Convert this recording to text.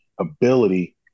ability